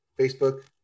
Facebook